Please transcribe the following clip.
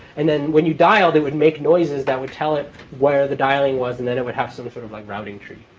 and then when you dialed, it would make noises that would tell it where the dialing was. and then it would have some sort of like routing tree.